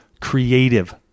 creative